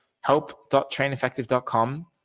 help.traineffective.com